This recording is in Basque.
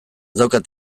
daukat